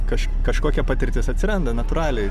kaž kažkokia patirtis atsiranda natūraliai